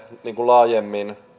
laajemmin